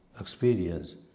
experience